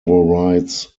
previous